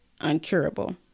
uncurable